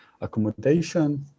accommodation